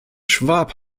schwab